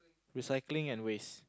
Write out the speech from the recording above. recycling and waste